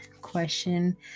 question